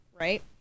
right